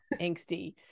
angsty